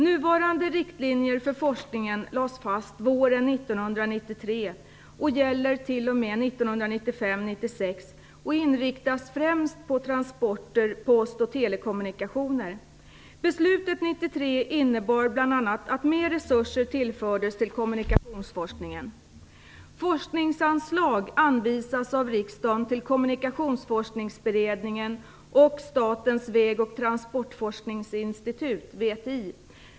Nuvarande riktlinjer för forskningen lades fast våren 1993 och gäller t.o.m. 1995/96. De inriktas främst på transporter, post och telekommunikationer. Beslutet 1993 innebar bl.a. att mer resurser tillfördes till kommunikationsforskningen. Forskningsanslag anvisas av riksdagen till Kommunikationsforskningsberedningen och Statens vägoch transportforskningsinstitut, VTI.